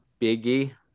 biggie